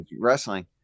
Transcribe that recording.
wrestling